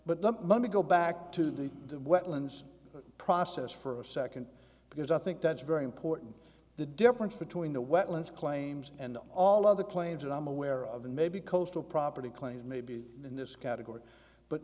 but the money go back to the wetlands process for a second because i think that's very important the difference between the wetlands claims and all of the claims that i'm aware of and maybe coastal property claims may be in this category but